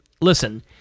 Listen